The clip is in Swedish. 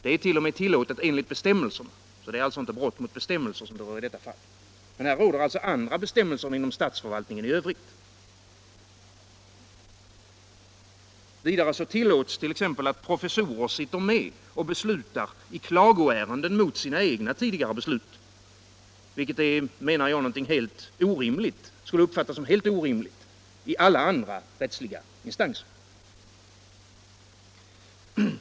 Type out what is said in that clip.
Det är t.o.m. tillåtet enligt bestämmelserna och är alltså inte brott mot bestämmelserna, så som det vore i andra fall. Här råder alltså andra bestämmelser än inom statsförvaltningen i övrigt. Vidare tillåts att professorer sitter med och beslutar i klagoärenden mot sina egna tidigare beslut, vilket skulle uppfattas som helt orimligt i alla andra rättsliga instanser.